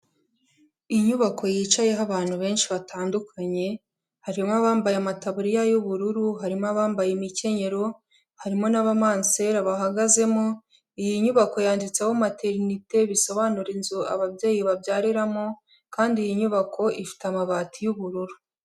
Inyubako yicayeho abantu benshi batandukanye, harimo abambaye amataburiya y'ubururu, harimo abambaye imikenyero, harimo n'abamansera bahagazemo, iyi nyubako yanditseho materinete bisobanura inzu ababyeyi babyariramo kandi iyi nyubako ifite amabati y'ubururu.